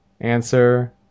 answer